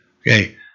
Okay